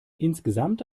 insgesamt